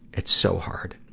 it's so hard.